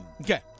Okay